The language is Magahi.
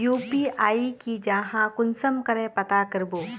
यु.पी.आई की जाहा कुंसम करे पता करबो?